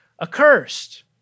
accursed